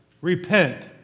Repent